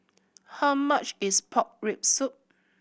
how much is pork rib soup